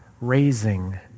raising